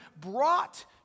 brought